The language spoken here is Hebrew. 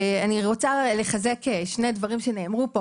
אני מחזקת שני דברים שנאמרו פה,